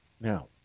now